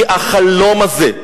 כי החלום הזה,